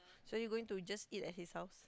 so you going to just eat at his house